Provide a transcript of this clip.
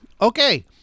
Okay